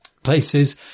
places